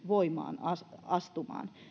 voimaan astumaan